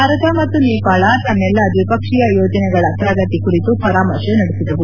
ಭಾರತ ಮತ್ತು ನೇಪಾಳ ತನ್ನೆಲ್ಲಾ ದ್ವಿಪಕ್ಷೀಯ ಯೋಜನೆಗಳ ಪ್ರಗತಿ ಕುರಿತು ಪರಾಮರ್ಶೆ ನಡೆಸಿದವು